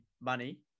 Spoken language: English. money